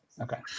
okay